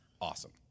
awesome